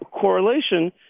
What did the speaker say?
correlation